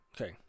okay